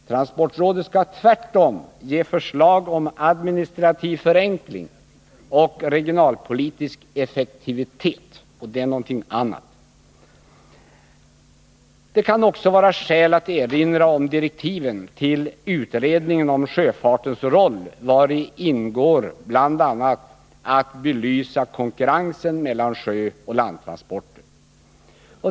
Transportrådet skall tvärtom ge förslag om administrativ förenkling och regionalpolitisk effektivitet, och det är någonting annat. Det kan också vara skäl att erinra om direktiven till utredningen om sjöfartens roll, vari ingår att belysa konkurrensen mellan sjöoch landtransporter.